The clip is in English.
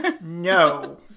No